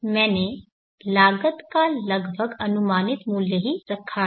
मैंने लागत का लगभग अनुमानित मूल्य ही रखा है